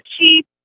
cheap